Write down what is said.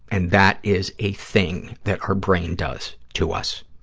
and that is a thing that our brain does to us.